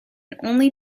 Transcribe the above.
only